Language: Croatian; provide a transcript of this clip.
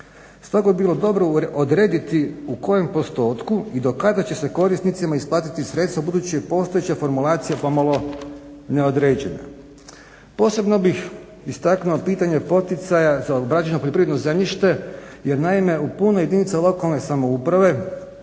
Stoga bi bilo dobro odrediti u kojem postotku i do kada će se korisnicima isplatiti sredstva budući je postojeća formulacija pomalo neodređena. Posebno bih istaknuo pitanje poticaja za obrađeno poljoprivredno zemljište jer naime u puno jedinica lokalne samouprave